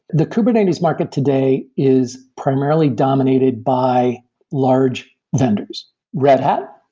the kubernetes market today is primarily dominated by large vendors red hat,